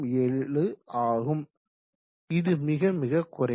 07 ஆகும் இது மிகமிக குறைவு